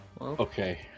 Okay